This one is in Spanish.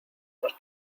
nos